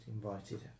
invited